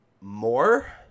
more